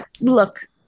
look